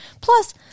Plus